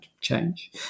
change